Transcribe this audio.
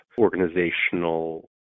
organizational